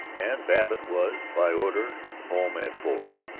and babbitt was, by order, home at four.